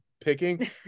picking